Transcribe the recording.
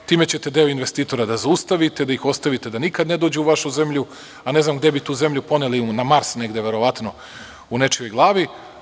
Time ćete deo investitora da zaustavite, da ih ostavite da nikada ne dođu u vašu zemlju, a ne znam gde bi tu zemlju poneli, verovatno negde na Mars, u nečijoj glavi.